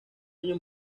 años